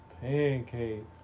pancakes